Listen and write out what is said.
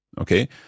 Okay